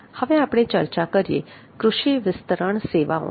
હવે આપણે ચર્ચા કરીએ કૃષિ વિસ્તરણ સેવાઓની